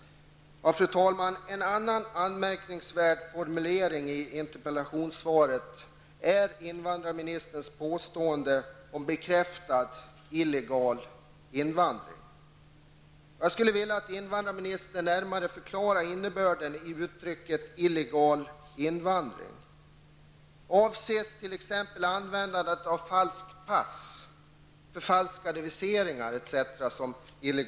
En annan anmärkningsvärd formulering i interpellationssvaret gäller invandrarministerns påstående om bekräftad illegal invandring. Jag skulle vilja att invandrarministern närmare förklarade innebörden i uttrycket ''illegal invandring''. Avses exempelvis användande av falskt pass, förfalskade viseringar etc.?